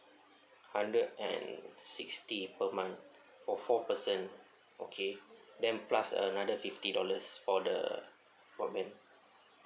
hundred and sixty per month for four person okay then plus another fifty dollars for the broadband